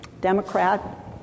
Democrat